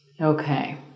Okay